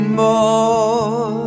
more